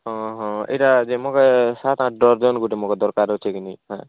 ହଁ ହଁ ଏଇଟା ଯେ ଶହେ ଟଙ୍କା ଡ଼ର୍ଜନ୍ ଗୁଟେ ମୋତେ ଦରକାର୍ ଅଛେ କି ନାଇଁ